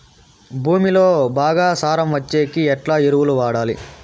భూమిలో బాగా సారం వచ్చేకి ఎట్లా ఎరువులు వాడాలి?